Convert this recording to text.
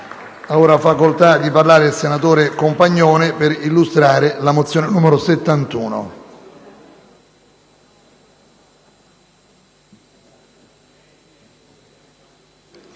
Ha facoltà di parlare il senatore Compagnone per illustrare la mozione n. 71.